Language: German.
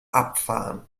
abfahren